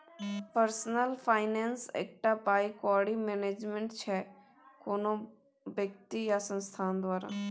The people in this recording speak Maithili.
पर्सनल फाइनेंस एकटा पाइ कौड़ी मैनेजमेंट छै कोनो बेकती या संस्थान द्वारा